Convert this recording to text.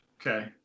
Okay